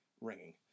ringing